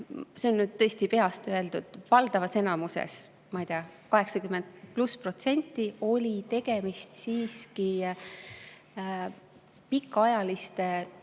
see on nüüd tõesti peast öeldud – valdavas enamuses, ma ei tea, 80 pluss protsenti oli tegemist siiski pikaajalisteks